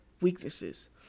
weaknesses